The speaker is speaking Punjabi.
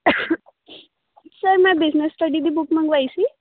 ਸਰ ਮੈਂ ਬਿਜ਼ਨਸ ਸਟੱਡੀ ਦੀ ਬੁੱਕ ਮੰਗਵਾਈ ਸੀ